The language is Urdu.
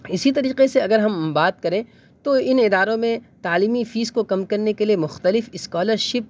اسی طریقے سے اگر ہم بات کریں تو ان اداروں میں تعلیمی فیس کو کم کرنے کے لیے مختلف اسکالرشپ